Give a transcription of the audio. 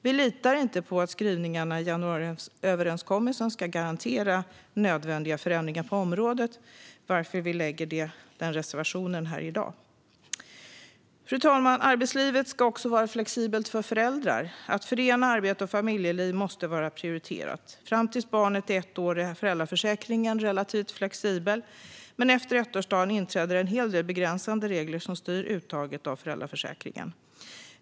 Vi litar inte på att skrivningarna i januariöverenskommelsen ska garantera nödvändiga förändringar på området, varför vi lägger fram en reservation om det i dag. Fru talman! Arbetslivet ska också vara flexibelt för föräldrar. Att förena arbete och familjeliv måste vara prioriterat. Fram tills barnet är ett år är föräldraförsäkringen relativt flexibel, men efter ettårsdagen inträder en hel del begränsande regler som styr uttaget av föräldraförsäkringen.